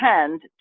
tend